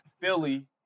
Philly